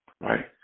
right